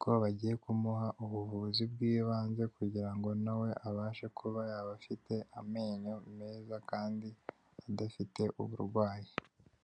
ko bagiye kumuha ubuvuzi bw'ibanze kugira ngo na we abashe kuba yaba afite amenyo meza kandi adafite uburwayi.